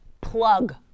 plug